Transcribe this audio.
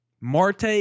Marte